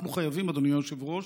אנחנו חייבים, אדוני היושב-ראש,